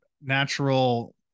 natural